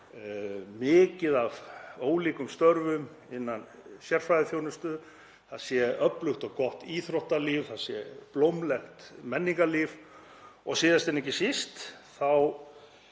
mikið af ólíkum störfum innan sérfræðiþjónustu, það sé öflugt og gott íþróttalíf, blómlegt menningarlíf og síðast en ekki síst þá